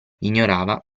ignorava